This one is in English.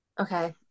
okay